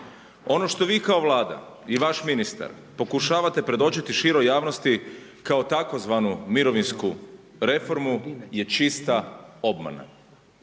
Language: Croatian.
Ono što vi kao Vlada i vaš ministar pokušavate predočiti široj javnosti kao tzv. mirovinsku reformu je čista obmana.